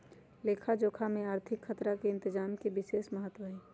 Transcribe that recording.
लेखा जोखा में आर्थिक खतरा के इतजाम के विशेष महत्व हइ